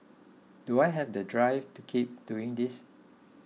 do I have the drive to keep doing this